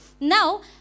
Now